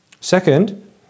Second